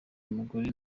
umugore